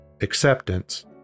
acceptance